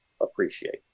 appreciate